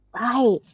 Right